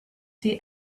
see